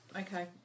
okay